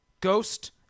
Ghost